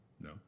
No